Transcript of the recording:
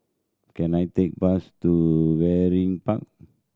can I take bus to Waringin Park